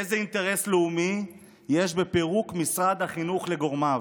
איזה אינטרס לאומי יש בפירוק משרד החינוך לגורמיו?